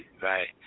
right